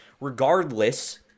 regardless